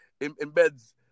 embeds